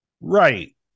Right